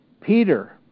Peter